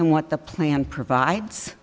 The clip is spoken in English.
than what the plan provides